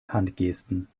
handgesten